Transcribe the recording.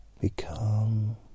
become